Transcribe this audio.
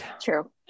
true